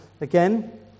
again